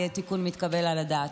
זה יהיה תיקון מתקבל על הדעת.